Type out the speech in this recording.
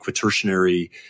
quaternary